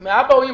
מיליארדים,